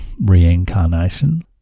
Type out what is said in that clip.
reincarnation